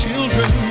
Children